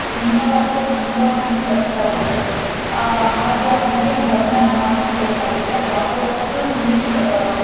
ತುಂಬ ಅಂದರೆ ತುಂಬ ನೀರು ಖರ್ಚಾಗುತ್ತೆ ಹಾಗೆ ಅದಕ್ಕೆ ಬಣ್ಣ ಹಾಕಬೇಕಾಗುತ್ತೆ ಬಹಳಷ್ಟು ನೀರು